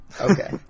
Okay